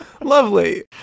Lovely